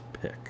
pick